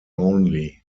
only